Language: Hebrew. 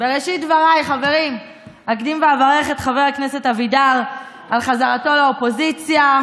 בראשית דבריי אקדים ואברך את חבר הכנסת אבידר על חזרתו לאופוזיציה.